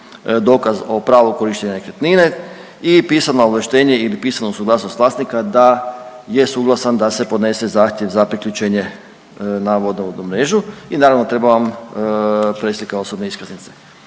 dokaz o pravu korištenja nekretnine i pisano ovlaštenje ili pisanu suglasnost vlasnika da je suglasan da se podnese zahtjev za priključenje na vodovodnu mrežu i naravno treba vam preslika osobne iskaznice.